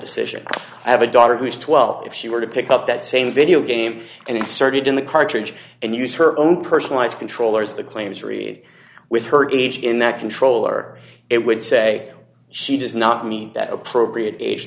decision i have a daughter who's twelve if she were to pick up that same video game and inserted in the cartridge and use her own personalized controllers the claim is read with her age in that controller it would say she does not mean that appropriate age